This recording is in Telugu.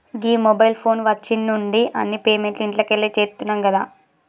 గీ మొబైల్ ఫోను వచ్చిన్నుండి అన్ని పేమెంట్లు ఇంట్లకెళ్లే చేత్తున్నం గదా